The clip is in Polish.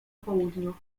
południu